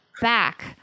back